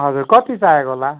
हजुर कति चाहिएको होला